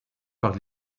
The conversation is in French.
par